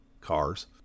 cars